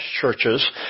churches